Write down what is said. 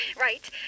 right